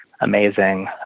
amazing